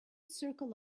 circle